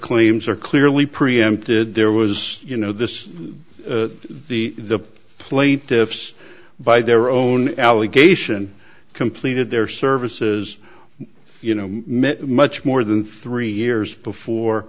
claims are clearly preempted there was you know this the the plaintiffs by their own allegation completed their services you know much more than three years before